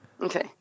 Okay